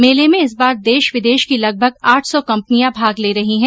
मेले में इस बार देश विदेश की लगभग आठ सौ कंपनियां भाग ले रही हैं